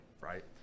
right